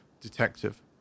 detective